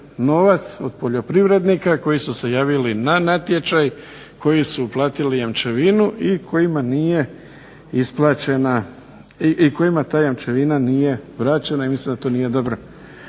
novac od poljoprivrednika koji su se javili na natječaj, koji su platili jamčevinu i kojima ta jamčevina nije vraćena i mislim da to nije dobro.